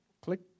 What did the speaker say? Click